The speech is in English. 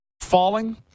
falling